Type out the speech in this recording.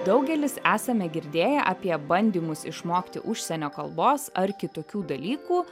daugelis esame girdėję apie bandymus išmokti užsienio kalbos ar kitokių dalykų